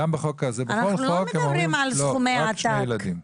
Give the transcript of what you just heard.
אנו לא מדברים על סכומי עתק.